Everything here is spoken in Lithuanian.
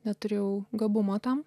neturėjau gabumo tam